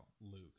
Luke